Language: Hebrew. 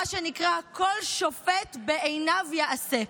מה שנקרא: כל שופט בעיניו יעשה.